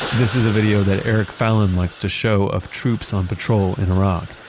this is video that eric fallon likes to show of troops on patrol in iraq.